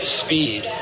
speed